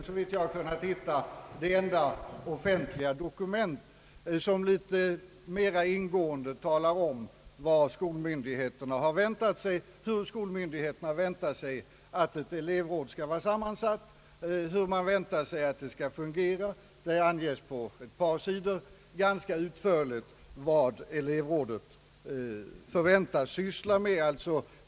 Såvitt jag kunnat finna, är den det enda offentliga dokument som mera ingående talar om hur skolmyndigheterna har tänkt sig att ett elevråd skall vara sammansatt och hur de tänkt sig att ett sådant skall fungera. Där anges på ett par sidor ganska utförligt vad elevrådet förväntas syssla med.